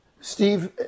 Steve